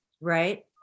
Right